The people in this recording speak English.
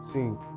Sink